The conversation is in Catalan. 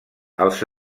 els